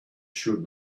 should